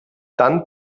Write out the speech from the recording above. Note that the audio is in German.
dann